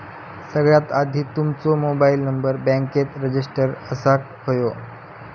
सगळ्यात आधी तुमचो मोबाईल नंबर बॅन्केत रजिस्टर असाक व्हयो